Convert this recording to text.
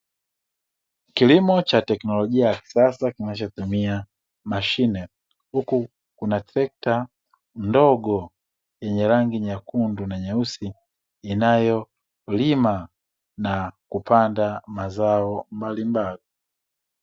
Kilimo cha teknolojia ya kisasa kinachotumia mashine huku kuna trekta ndogo yenye rangi nyekundu na nyeusi inayolima na kupanda mazao mbalimbali.